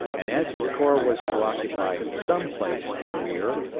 and as his corps was to occupy some place in rear,